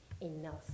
enough